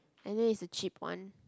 I know is a cheap one